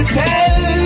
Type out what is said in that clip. tell